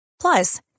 Plus